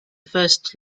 first